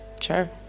sure